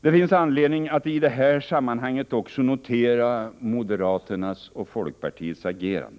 Det finns anledning att i det här sammanhanget också notera moderaternas och folkpartiets agerande.